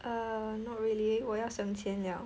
err not really 我要省钱 liao